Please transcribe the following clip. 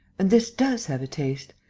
and this does have a taste.